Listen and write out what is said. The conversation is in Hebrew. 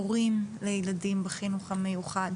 הורים לילדים בחינוך המיוחד,